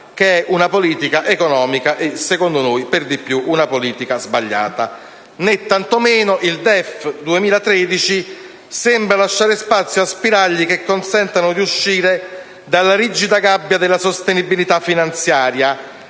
che è una politica economica e per di più, secondo noi, una politica sbagliata. Né tantomeno il DEF 2013 sembra lasciare spazio a spiragli che consentano di uscire dalla rigida gabbia della sostenibilità finanziaria,